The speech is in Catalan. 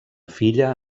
filla